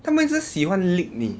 它们一直喜欢 lick 你